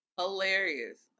hilarious